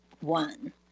one